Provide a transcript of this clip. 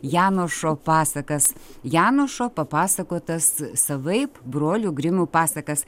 janošo pasakas janošo papasakotas savaip brolių grimų pasakas